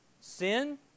sin